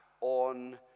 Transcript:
on